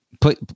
put